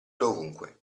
dovunque